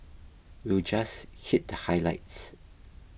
we'll just hit the highlights